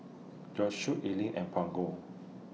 Josue Ellyn and Brogan